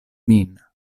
min